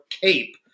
cape